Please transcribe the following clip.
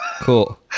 cool